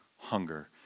hunger